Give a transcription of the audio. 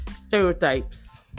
stereotypes